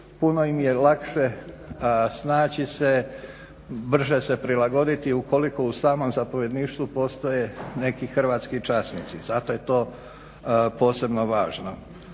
puno im je lakše snaći se, brže se prilagoditi ukoliko u samom zapovjedništvu postoje neki hrvatski časnici. Zato je to posebno važno.